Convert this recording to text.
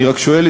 אני רק שואל,